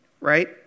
right